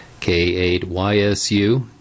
K8YSU